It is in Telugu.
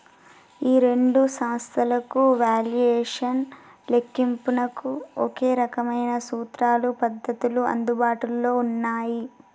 ఈ రెండు సంస్థలకు వాల్యుయేషన్ లెక్కింపునకు ఒకే రకమైన సూత్రాలు పద్ధతులు అందుబాటులో ఉన్నాయి